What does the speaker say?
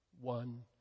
One